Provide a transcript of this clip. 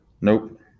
nope